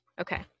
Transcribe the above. Okay